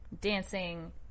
dancing